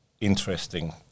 interesting